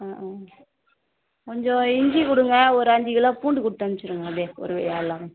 ஆ ஆ கொஞ்சம் இஞ்சி கொடுங்க ஒரு அஞ்சு கிலோ பூண்டு கொடுத்து அனுப்பிச்சிடுங்க அப்படியே ஒரு வழியாக எல்லாமே